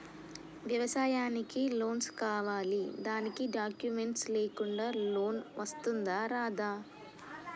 వ్యవసాయానికి లోన్స్ కావాలి దానికి డాక్యుమెంట్స్ లేకుండా లోన్ వస్తుందా రాదా?